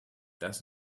does